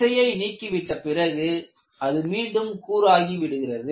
விசையை நீக்கி விட்ட பிறகு அது மீண்டும் கூர் ஆகிவிடுகிறது